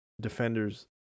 defenders